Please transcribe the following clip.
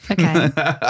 Okay